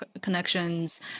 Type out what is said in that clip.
connections